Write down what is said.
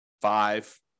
five